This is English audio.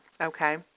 okay